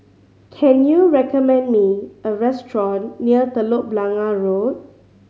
can you recommend me a restaurant near Telok Blangah Road